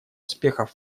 успехов